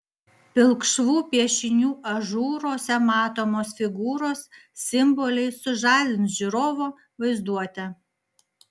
pilkšvų piešinių ažūruose matomos figūros simboliai sužadins žiūrovo vaizduotę